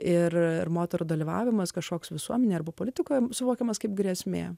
ir moterų dalyvavimas kažkoks visuomenei arba politikoje suvokiamas kaip grėsmė